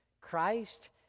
Christ